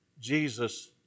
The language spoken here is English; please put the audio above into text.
Jesus